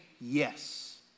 yes